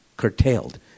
curtailed